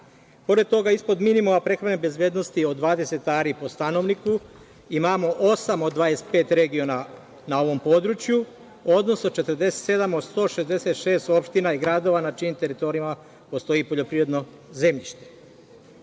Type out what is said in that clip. Pored toga, ispod minimuma … bezbednosti od 20 ari po stanovniku, imamo osam od 25 regiona na ovom području, odnosno 47 od 166 opština i gradova na čijim teritorijama postoji poljoprivredno zemljište. Suština